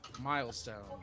Milestone